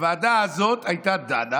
הוועדה הזאת דנה